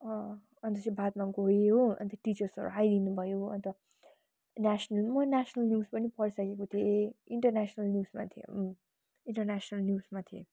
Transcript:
अन्त चाहिँ बादमा गएँ हो अन्त टिचर्सहरू आइदिनु भयो अन्त नेसनल म नेसनल न्युज पनि पढिसकेको थिएँ इन्टरनेसनल न्युजमा थिएँ इन्टरनेसनल न्युजमा थिएँ